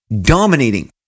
dominating